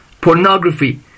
pornography